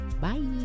bye